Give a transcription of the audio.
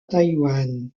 taïwan